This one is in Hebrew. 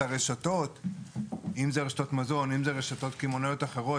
רשתות המזון או רשתות קמעונאיות אחרות,